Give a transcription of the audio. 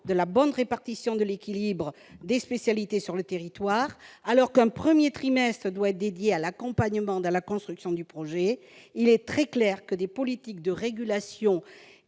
de la bonne répartition et de l'équilibre des spécialités sur le territoire, alors qu'un premier trimestre doit être dédié à l'accompagnement dans la construction du projet, il est très clair que des politiques de régulation